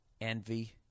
envy